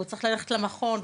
והוא צריך ללכת למכון,